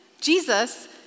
Jesus